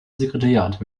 sekretariat